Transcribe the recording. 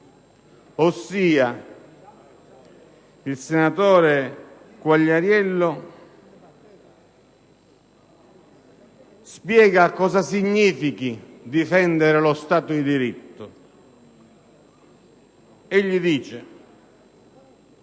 diritto. Il senatore Quagliariello, cioè, spiega cosa significhi difendere lo Stato di diritto. Egli dice: